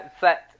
set